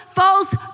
false